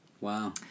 Wow